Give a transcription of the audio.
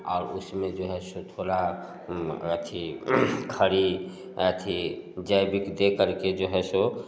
और उसमें जो है सो थोड़ा जैविक देकर के जो है सो